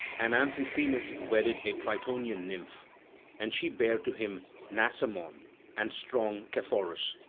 and amphithemis wedded a tritonian nymph and she bare to him nasamon and strong caphaurus,